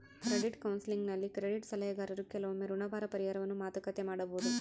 credit ಕೌನ್ಸೆಲಿಂಗ್ನಲ್ಲಿ credit ಸಲಹೆಗಾರರು ಕೆಲವೊಮ್ಮೆ ಋಣಭಾರ ಪರಿಹಾರವನ್ನು ಮಾತುಕತೆ ಮಾಡಬೊದು